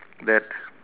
that